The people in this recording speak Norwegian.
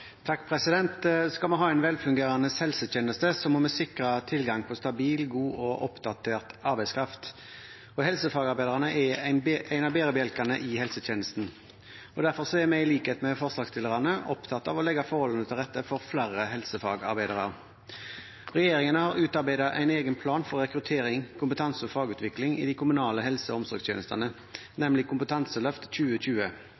Skal vi ha en velfungerende helsetjeneste, må vi sikre tilgang på stabil, god og oppdatert arbeidskraft. Helsefagarbeiderne er en av bærebjelkene i helsetjenesten. Derfor er vi, i likhet med forslagsstillerne, opptatt av å legge forholdene til rette for flere helsefagarbeidere. Regjeringen har utarbeidet en egen plan for rekruttering, kompetanse- og fagutvikling i de kommunale helse- og omsorgstjenestene,